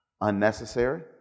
unnecessary